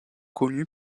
connue